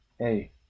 Hey